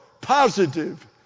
positive